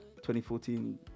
2014